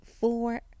four